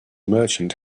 merchant